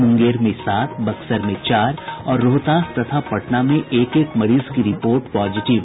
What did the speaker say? मुंगेर में सात बक्सर में चार और रोहतास तथा पटना में एक एक मरीज की रिपोर्ट पॉजिटिव